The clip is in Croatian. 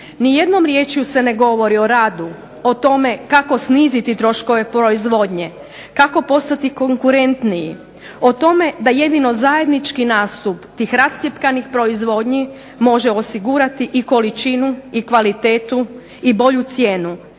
Nijednom riječju se ne govori o radu, o tome kako sniziti troškove proizvodnje, kako postati konkurentniji. O tome da jedino zajednički nastup tih rascjepkanih proizvodnji može osigurati i količinu i kvalitetu i bolju cijenu.